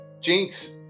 Jinx